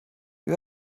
you